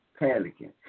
panicking